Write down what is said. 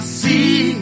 see